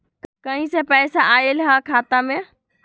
कहीं से पैसा आएल हैं खाता में?